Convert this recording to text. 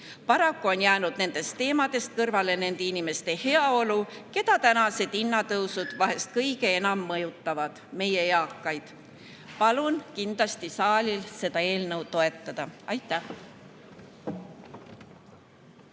Paraku on jäänud nendest teemadest kõrvale nende inimeste heaolu, keda tänased hinnatõusud vahest kõige enam mõjutavad – meie eakad. Palun kindlasti saalil seda eelnõu toetada. Aitäh!